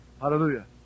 Hallelujah